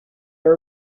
are